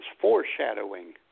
foreshadowing